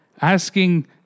asking